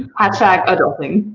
i check adult things.